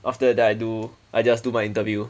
after that I do I just do my interview